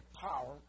power